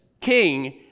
King